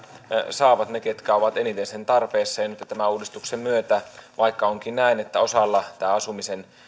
saavat ne ketkä ovat eniten sen tarpeessa ja nytten tämän uudistuksen myötä vaikka onkin näin että osalla tämä asumisen